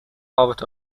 out